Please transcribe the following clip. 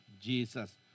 Jesus